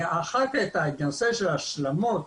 ואחר כך את הנושא של השלמות,